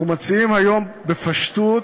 אנחנו מציעים היום בפשטות